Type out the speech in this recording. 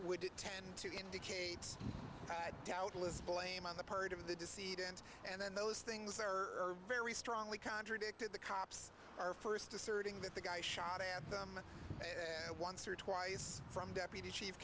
would tend to indicate i doubtless blame on the part of the deceit ends and then those things are very strongly contradicted the cops are first asserting that the guy shot at them and once or twice from deputy chief